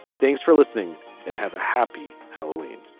thanks for listening and have a happy halloween